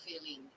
feeling